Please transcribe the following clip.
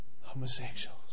Homosexuals